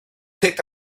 picked